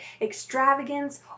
extravagance